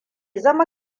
zama